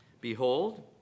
Behold